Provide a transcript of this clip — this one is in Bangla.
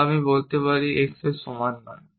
বা আমি বলতে পারি x এর সমান নয়